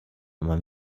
man